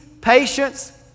patience